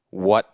what